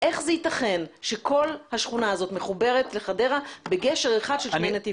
איך זה ייתכן שכל השכונה הזאת מחוברת לחדרה בגשר אחד של שני נתיבים?